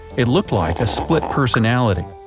it looked like a split personality.